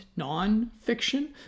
nonfiction